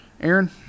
Aaron